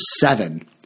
seven